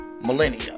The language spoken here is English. millennia